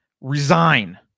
Resign